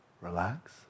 relax